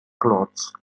clothes